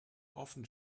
often